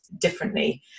differently